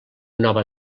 nova